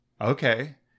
Okay